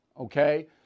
okay